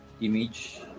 image